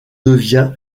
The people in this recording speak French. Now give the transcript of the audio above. devient